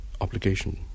obligation